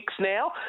now